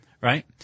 right